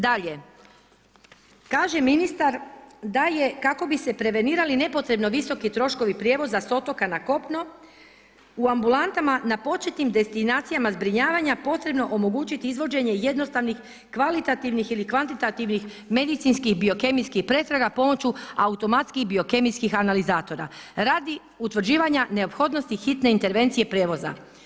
Dalje, kaže ministar da je kak bi se prevenirali nepotrebno visoki troškovi prijevoza sa otoka na kopno u ambulantama na početnim destinacijama zbrinjavanja potrebno omogućiti izvođenje jednostavnih kvalitativnih ili kvantitativnih medicinskih biokemijskih pretraga pomoću automatskih biokemijskih analizatora radi utvrđivanja neophodnosti hitne intervencije prijevoza.